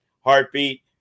heartbeat